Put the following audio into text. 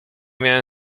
miałam